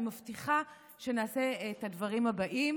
ואני מבטיחה שנעשה את הדברים הבאים